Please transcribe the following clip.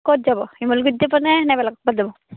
ক'ত যাব শিমলুগুৰিত যাবনে নে বেলেগৰ ক'বাত যাব